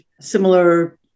similar